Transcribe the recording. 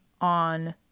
on